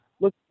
Look